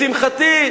לשמחתי,